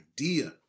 idea